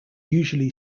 usually